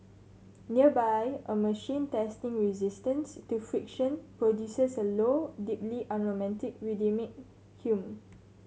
nearby a machine testing resistance to friction produces a low deeply unromantic rhythmic hum